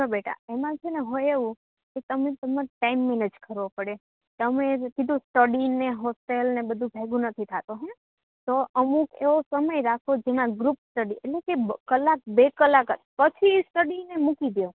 જો બેટા એમાં છે ને હોય એવું કે તમે તમાર ટાઈમ મેનેજ કરવો પડે તમે જે કીધું સ્ટડી ને હોસ્ટેલ ને બધુ ભેગું નથી થતું હં તો અમુક એવો સમય રાખો જેમાં ગ્રુપ સ્ટડી એટલે કે કલાક બે કલાક જ પછી સ્ટડીને મૂકી દો